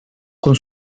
con